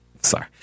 sorry